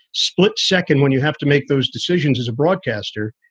split second, when you have to make those decisions as a broadcaster,